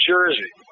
Jersey